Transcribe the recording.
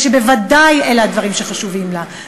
אופוזיציה שבוודאי אלה הדברים שחשובים לה,